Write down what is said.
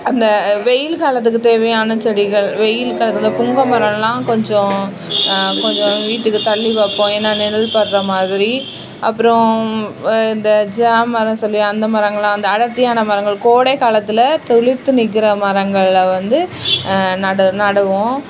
அந்த வெயில் காலத்துக்கு தேவையான செடிகள் வெயில் காலத்தில் புங்கை மரமெலாம் கொஞ்சம் கொஞ்சம் வீட்டுக்கு தள்ளி வைப்போம் ஏன்னால் நிழல்படுற மாதிரி அப்புறம் இந்த ஜாம் மரம் சொல்லி அந்த மரங்களெலாம் அந்த அடர்த்தியான மரங்கள் கோடை காலத்தில் துளிர்த்து நிற்கிற மரங்களை வந்து நட நடுவோம்